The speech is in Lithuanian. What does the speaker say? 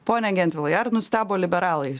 pone gentvilai ar nustebo liberalai